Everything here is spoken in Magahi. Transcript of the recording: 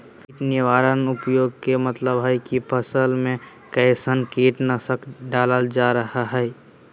कीट निवारक उपाय के मतलव हई की फसल में कैसन कीट नाशक डालल जा रहल हई